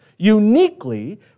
uniquely